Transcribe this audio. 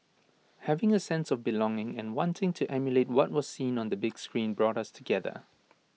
having A sense of belonging and wanting to emulate what was seen on the big screen brought us together